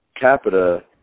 capita